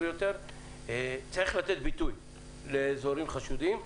צריך לתת ביטוי לאזורים חשודים,